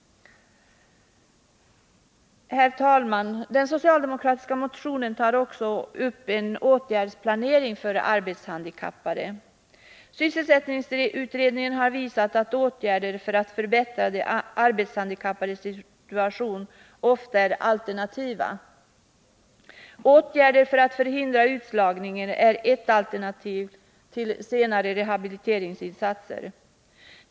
Herr talman! Den socialdemokratiska motionen tar också upp en åtgärdsplanering för arbetshandikappade. Sysselsättningsutredningen har visat att åtgärder för att förbättra de arbetshandikappades situation ofta är alternativ. Åtgärder för att förhindra utslagningen är ett alternativ till senare rehabiliteringsinsatser.